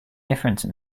difference